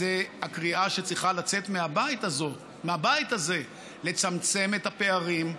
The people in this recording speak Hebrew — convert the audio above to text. זו הקריאה שצריכה לצאת מהבית הזה: לצמצם את הפערים,